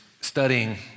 studying